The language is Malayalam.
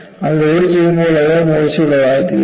അൺലോഡുചെയ്യുമ്പോൾ അത് മൂർച്ചയുള്ളതായിത്തീരും